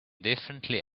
definitely